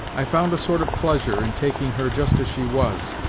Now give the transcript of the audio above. i found a sort of pleasure in taking her just as she was,